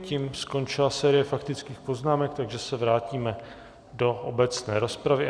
Tím skončila série faktických poznámek, takže se vrátíme do obecné rozpravy.